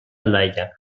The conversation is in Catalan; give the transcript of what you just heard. aldaia